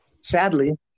sadly